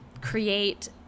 create